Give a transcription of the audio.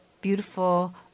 beautiful